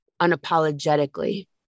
unapologetically